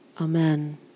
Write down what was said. Amen